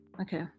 Okay